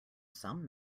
sum